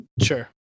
sure